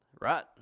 Right